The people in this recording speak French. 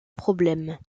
problème